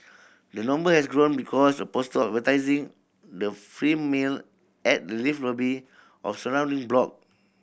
the number has grown because of poster advertising the free meal at the lift lobby of surrounding block